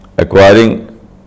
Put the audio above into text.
Acquiring